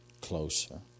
closer